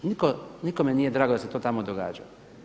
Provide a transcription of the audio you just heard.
Nikome nije drago da se to tamo događalo.